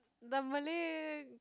the Malay